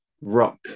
rock